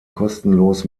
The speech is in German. kostenlos